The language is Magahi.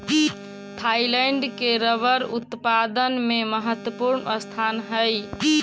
थाइलैंड के रबर उत्पादन में महत्त्वपूर्ण स्थान हइ